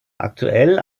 aktuell